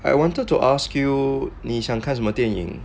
I wanted to ask you 你想看什么电影